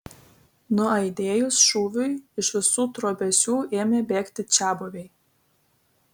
nuaidėjus šūviui iš visų trobesių ėmė bėgti čiabuviai